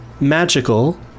magical